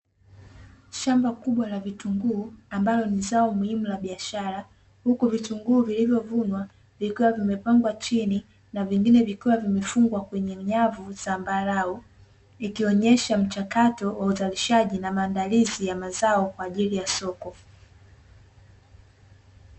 Shamba kubwa la vitunguu, ambalo ni zao muhimu la biashara, huku vitungu vilivyovunwa vikiwa vimepangwa chini na vingine vikiwa vimefungwa kwenye nyavu zambarau, Ikionyesha mchakato wa uzalishaji na maandalizi ya mazao kwa ajili ya soko.